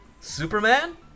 Superman